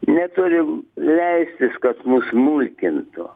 neturim leistis kad mus mulkintų